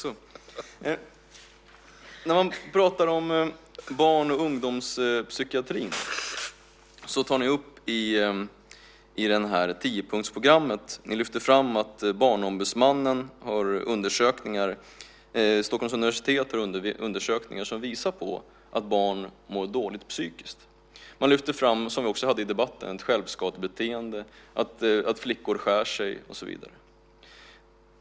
Om barn och ungdomspsykiatrin tar ni upp i tiopunktsprogrammet att Stockholms universitet har undersökningar som visar på att barn mår dåligt psykiskt. Man lyfter fram, som vi också förut i debatten, ett självskadebeteende, att flickor skär sig och så vidare.